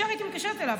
ישר הייתי מתקשרת אליו.